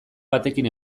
batekin